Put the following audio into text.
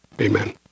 amen